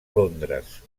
londres